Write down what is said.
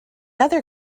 other